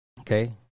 Okay